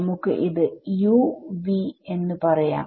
നമുക്ക് ഇത് u v എന്ന് പറയാം